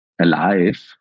alive